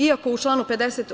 Iako se u članu 50.